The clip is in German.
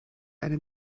einen